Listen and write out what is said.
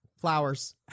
Flowers